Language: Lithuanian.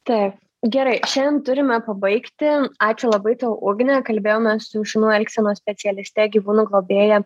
taip gerai šiandien turime pabaigti ačiū labai tau ugne kalbėjome su šunų elgsenos specialiste gyvūnų globėja